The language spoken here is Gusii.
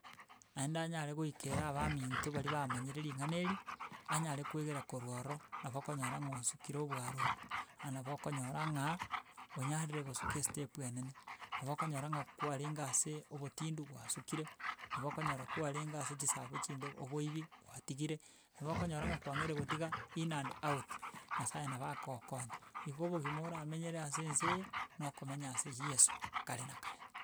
Naende anyare goikera abaminto baria bamanyire ring'ana eri, anyare koegera korwa ororo, nabo okonyora ng'a osukire obware obwo, ah nabo okonyora ng'a onyarire gosuka estep enene, nabo okonyora ng'a kwarenge ase, obotindu gwasukire nabo okonyora kwarenge ase chisago chimbe oboibi gwatigire, nabo okonyora ng'a kwang'eire gotiga in and out nyasaye nabo akogokonya. Igo obogima oramenyere ase ense eye, na okomenya ase yeso, kare na kare.